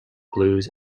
blues